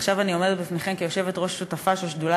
עכשיו אני עומדת בפניכם כיושבת-ראש שותפה של שדולת